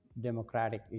democratic